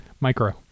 Micro